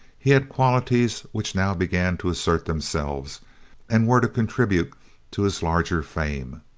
he had qualities which now began to assert themselves and were to contribute to his larger fame.